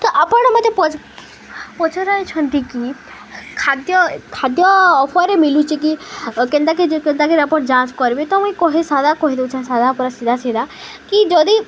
ତ ଆପଣ ମୋତେ ପ ପଚରାଇଛନ୍ତି କି ଖାଦ୍ୟ ଖାଦ୍ୟ ଅଫରରେ ମିଳୁଛେ କି କେନ୍ତାକେ କେନ୍ତାକ ଆପଣ ଯାଞ୍ଚ କରିବେ ତ ମୁଇଁ କହି ସାଧା କହି ଦେଉଛେ ସାଧା ପୁରା ସିଧା ସିଧା କି ଯଦି